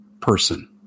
person